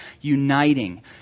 uniting